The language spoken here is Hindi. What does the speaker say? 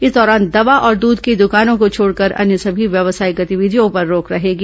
इस दौरान दवा और दूध की दुकानों को छोड़कर अन्य सभी व्यावसायिक गतिविधियों पर रोक रहेगी